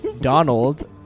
Donald